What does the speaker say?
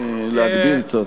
להגביר קצת.